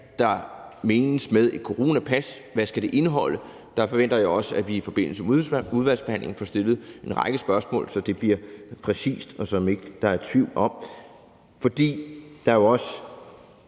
der menes med et coronapas: Hvad skal det indeholde? Der forventer jeg også, at der i forbindelse med udvalgsbehandlingen vil blive stillet en række spørgsmål, med henblik på at få det præciseret, sådan at der ikke kan være tvivl om det. Der ligger jo også